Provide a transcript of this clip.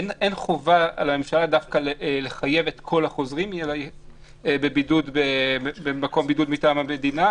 אין חובה על הממשלה דווקא לחייב את כל החוזרים במקום בידוד מטעם המדינה,